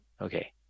Okay